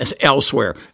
elsewhere